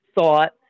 thought